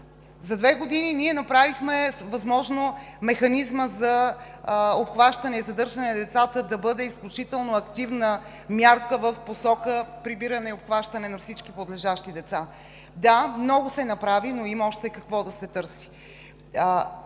За две години направихме възможно механизмът за обхващане и задържане на децата да бъде изключително активна мярка в посока прибиране и обхващане на всички подлежащи деца. Да, много се направи, но има още какво да се търси.